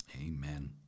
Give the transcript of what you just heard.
amen